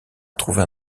trouver